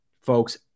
Folks